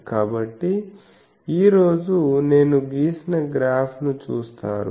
కాబట్టి ఈ రోజు నేను గీసిన గ్రాఫ్ ను చూస్తారు